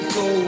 go